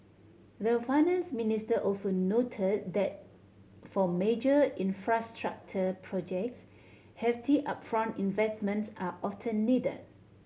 the Finance Minister also noted that for major infrastructure projects hefty upfront investments are often needed